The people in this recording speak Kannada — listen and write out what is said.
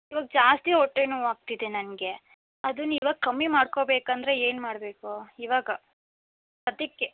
ಇವಾಗ ಜಾಸ್ತಿ ಹೊಟ್ಟೆನೋವಾಗ್ತಿದೆ ನನಗೆ ಅದನ್ನು ಇವಾಗ ಕಮ್ಮಿ ಮಾಡ್ಕೊಬೇಕಂದರೆ ಏನು ಮಾಡಬೇಕು ಇವಾಗ ಸದ್ಯಕ್ಕೆ